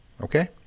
Okay